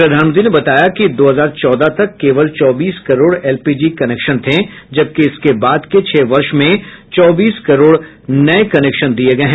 प्रधानमंत्री ने बताया कि दो हजार चौदह तक केवल चौबीस करोड़ एलपीजी कनेक्शन थे जबकि इसके बाद के छह वर्ष में चौबीस करोड़ नए कनेक्शन दिए गए हैं